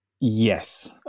Yes